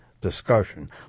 discussion